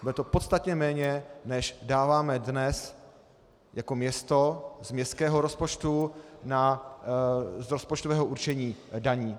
Bude to podstatně méně, než dáváme dnes jako město z městského rozpočtu z rozpočtového určení daní.